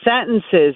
sentences